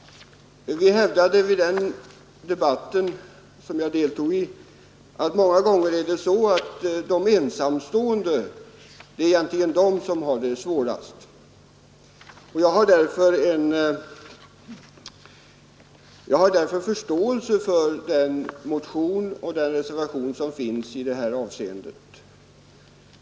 Vi hävdade i den debatten att det många gånger egentligen är ensamstående som har det svårast. Jag har därför förståelse för den motion och den reservation som vi nu behandlar.